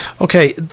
Okay